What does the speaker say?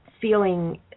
feeling